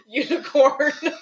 unicorn